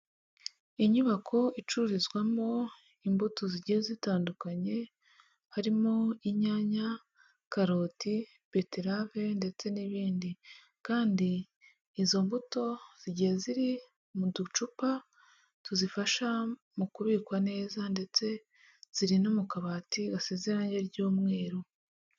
Inyubako icururizwamo imbuto zigiye zitandukanye, harimo inyanya, karoti, beterave ndetse n'ibindi kandi izo mbuto zigiye ziri mu ducupa tuzifasha mu kubikwa neza ndetse ziri no mu kabati gasize irangi ry'umweru.